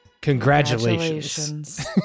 Congratulations